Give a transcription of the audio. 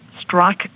strike